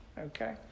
okay